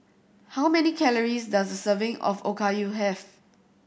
how many calories does a serving of Okayu have